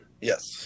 yes